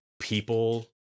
people